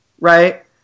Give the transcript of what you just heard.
right